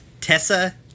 Tessa